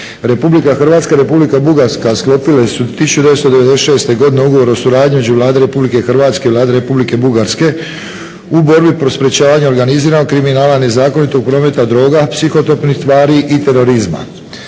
suradnji. RH i Republika Bugarska sklopile su 1996. godine Ugovor o suradnji između Vlade RH i Vlade Republike Bugarske u borbi pri sprečavanju organiziranog kriminala, nezakonitog prometa droga, psihotropnih tvari i terorizma,